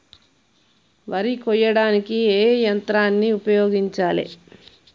వరి కొయ్యడానికి ఏ యంత్రాన్ని ఉపయోగించాలే?